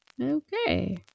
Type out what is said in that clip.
Okay